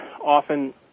often